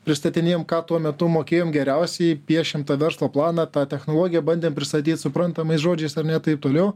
pristatinėjom ką tuo metu mokėjom geriausiai piešėm verslo planą tą technologiją bandėm pristatyt suprantamais žodžiais ar ne taip toliau